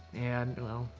and, well,